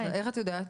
איך את יודעת?